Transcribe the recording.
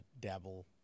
dabble